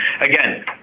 again